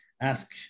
ask